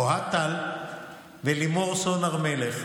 אוהד טל ולימור סון הר מלך,